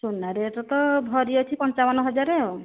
ସୁନା ରେଟ୍ ତ ଭରି ଅଛି ପଞ୍ଚାବନ ହଜାର ଆଉ